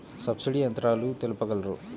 Subsidy యంత్రాలు తెలుపగలరు?